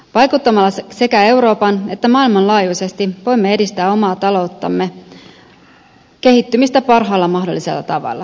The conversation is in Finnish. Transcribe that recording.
vaikuttamalla sekä euroopan laajuisesti että maailmanlaajuisesti voimme edistää omaa talouttamme kehittymistä parhaalla mahdollisella tavalla